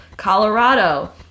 Colorado